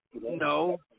No